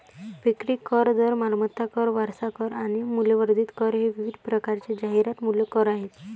विक्री कर, दर, मालमत्ता कर, वारसा कर आणि मूल्यवर्धित कर हे विविध प्रकारचे जाहिरात मूल्य कर आहेत